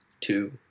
two